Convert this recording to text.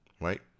right